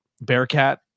Bearcat